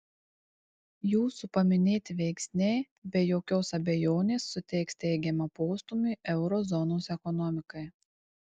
jūsų paminėti veiksniai be jokios abejonės suteiks teigiamą postūmį euro zonos ekonomikai